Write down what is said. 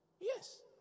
Yes